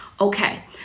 Okay